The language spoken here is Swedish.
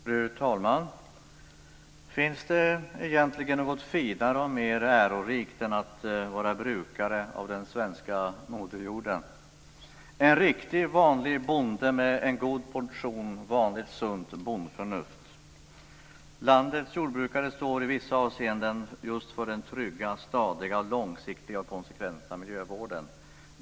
Fru talman! Finns det egentligen något finare och mer ärorikt än att vara brukare av den svenska moderjorden - en riktig, vanlig bonde med en god portion vanligt sunt bondförnuft? Landets jordbrukare står i vissa avseenden för den trygga, stadiga, långsiktiga och konsekventa miljövården.